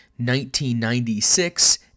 1996